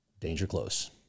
dangerclose